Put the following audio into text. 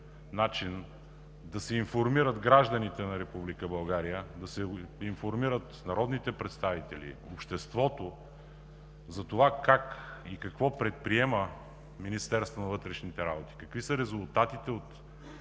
начин да се информират гражданите на Република България, да се информират народните представители, обществото, Вие да ни кажете и да ни обясните как и какво предприема Министерството на вътрешните работи, какви са резултатите от